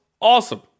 awesome